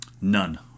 None